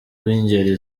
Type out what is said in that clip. b’ingeri